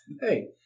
Hey